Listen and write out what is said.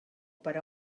per